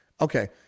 Okay